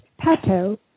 Pato